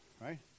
right